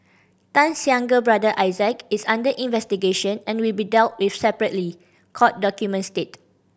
Tan's younger brother Isaac is under investigation and will be dealt with separately court documents state